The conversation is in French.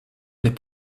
les